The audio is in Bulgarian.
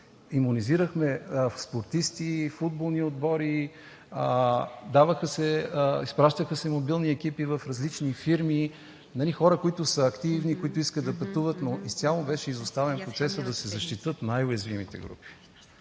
имунизирахме спортисти и футболни отбори, изпращаха се мобилни екипи в различни фирми – хора, които са активни, които искат да пътуват, но изцяло беше изоставен процесът да се защитят най уязвимите групи